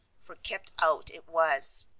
for kept out it was.